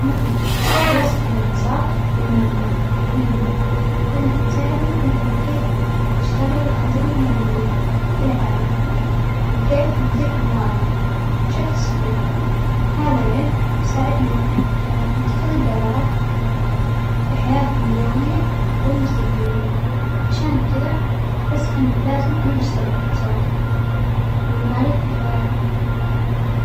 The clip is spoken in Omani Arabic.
نعم، دراسة الإقتصاد والمالية مهمة، لأنها تساعدنا نفهم كيف تشتغل الأنظمة المالية في العالم وكيف ندير أموالنا بشكل صحيح، هذا العلم يساعدنا أنح نتخذ القرارات أفظل في حياتنا اليومية والمستجبلية، عشان كدة أحس أنه لازم ندرس الإقتصاد والمالية في حياتنا.